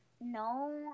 No